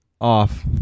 off